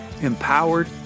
empowered